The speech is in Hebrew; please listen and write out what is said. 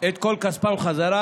את כל כספם חזרה.